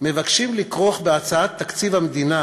מבקשים לכרוך בהצעת תקציב המדינה